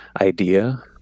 idea